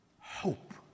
hope